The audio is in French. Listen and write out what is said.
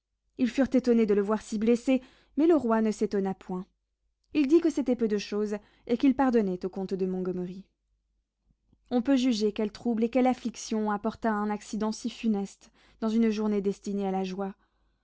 ils furent étonnés de le voir si blessé mais le roi ne s'étonna point il dit que c'était peu de chose et qu'il pardonnait au comte de montgomery on peut juger quel trouble et quelle affliction apporta un accident si funeste dans une journée destinée à la joie